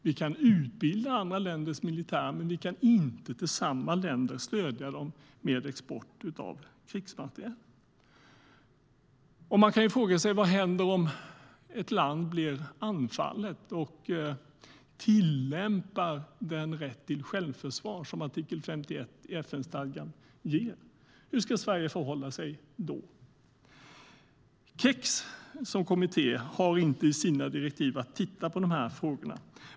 Vi kan utbilda andra länders militär, men vi kan inte stödja samma länder med export av krigsmateriel. Man kan fråga sig: Vad händer om ett land blir anfallet och tillämpar den rätt till självförsvar som artikel 51 i FN-stadgan ger? Hur ska Sverige förhålla sig då? KEX som kommitté har inte i sina direktiv att titta på de frågorna.